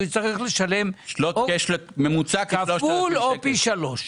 הוא יצטרך לשלם כפול או פי שלוש.